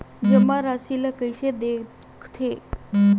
जमा राशि ला कइसे देखथे?